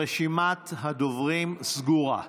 רשימת הדוברים סגורה.